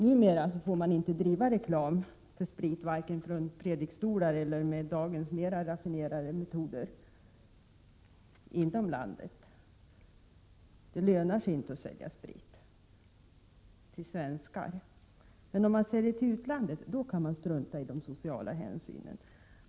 Numera får man inte bedriva reklam för sprit, varken från predikstolarna eller med dagens mera raffinerade metoder — inom landet. Det lönar sig inte att sälja sprit — till svenskar. Om man säljer till utlandet kan man dock strunta i de sociala hänsynen.